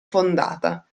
fondata